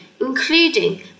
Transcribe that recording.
including